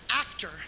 actor